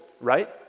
right